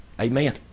Amen